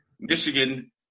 Michigan